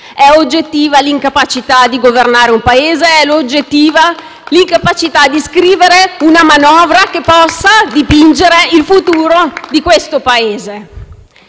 È oggettiva l'incapacità di governare un Paese ed è oggettiva l'incapacità di scrivere una manovra che possa dipingere il futuro di questo Paese.